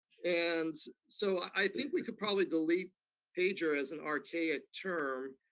and so i think we could probably delete pager as an archaic term,